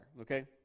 okay